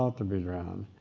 um to be drowned.